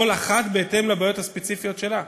כל אחת בהתאם לבעיות הספציפיות שלה.